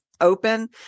open